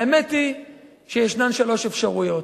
האמת היא שישנן שלוש אפשרויות.